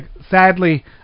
sadly